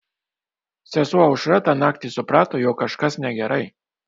sesuo aušra tą naktį suprato jog kažkas negerai